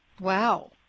Wow